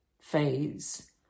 phase